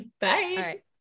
Bye